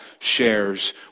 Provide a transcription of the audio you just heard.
shares